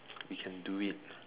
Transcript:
we can do it